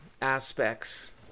aspects